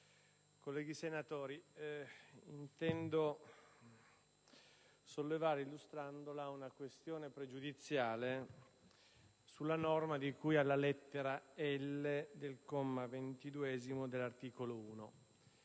colleghi senatori, intendo sollevare, illustrandola, una questione pregiudiziale sulla norma di cui alla lettera *l)* del comma 22 dell'articolo 1.